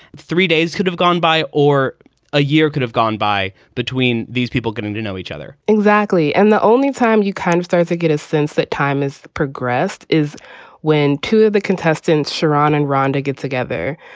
three days could have gone by or a year could have gone by between these people getting to know each other exactly. and the only time you kind of start to get a sense that time has progressed is when two of the contestants, sharon and rhonda, get together.